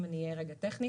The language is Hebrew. אם אני אהיה רגע טכנית,